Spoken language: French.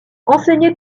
enseigner